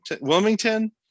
Wilmington